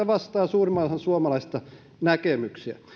vastaavan suurimman osan suomalaisista näkemyksiä